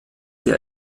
der